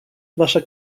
wasza